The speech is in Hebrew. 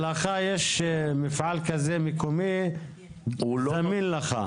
לך יש מפעל כזה מקומי, זמין לך.